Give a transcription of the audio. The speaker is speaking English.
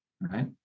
right